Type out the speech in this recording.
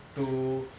to